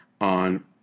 on